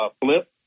flip